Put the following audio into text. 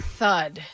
thud